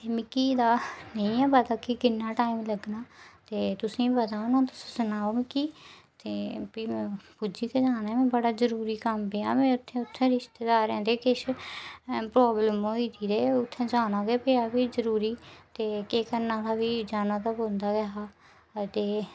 ते मिकी इ'दा नेइयो पता होंदा कि किन्ना टाईम लग्गना ते तुसेंगी पता होना तुस सुनाओ मिकी ते फिर पुज्जी गै जाना ऐ बड़ा जरूरी कम्म पेआ में उत्थै रिश्तेदारें दी किश प्राबल्म होई दी ते उत्थै जाना गे पेआ जाना बी जरूरी केह् करना हा फिरी जरूरी जाना गै पौंदा गेआ हा ते फिरी